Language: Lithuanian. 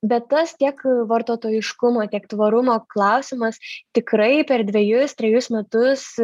bet tas tiek vartotojiškumo tiek tvarumo klausimas tikrai per dvejus trejus metus